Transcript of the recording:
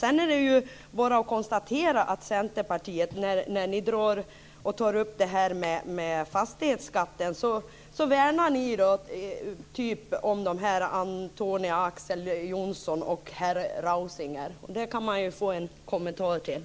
Det är bara att konstatera att ni i Centerpartiet värnar om Antonia Ax:son Johnson och om herr Rausing när ni tar upp frågan om fastighetsskatten. Det vill jag ha en kommentar till.